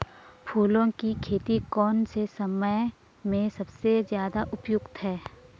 फूलों की खेती कौन से समय में सबसे ज़्यादा उपयुक्त है?